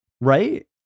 Right